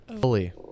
fully